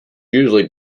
usually